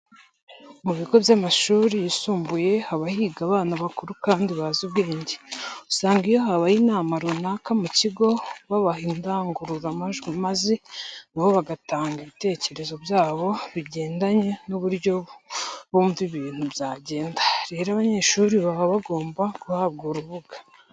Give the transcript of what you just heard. Mu bigo by'amashuri yisumbuye haba higa abana bakuru kandi bazi ubwenge. Usanga iyo habaye inama runaka mu kigo, babaha indangururamajwi maze na bo bagatanga ibitekerezo byabo bigendanye n'uburyo bumva ibintu byagenda. Rero abanyeshuri baba bagomba guhabwa urubuga.